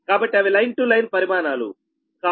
కాబట్టి అవి line to line పరిమాణాలు కావు